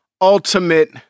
ultimate